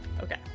Okay